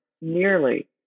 nearly